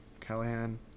Callahan